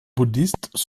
bouddhistes